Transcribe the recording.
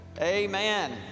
Amen